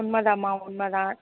உண்மைதாம்மா உண்மைதான்